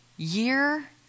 Year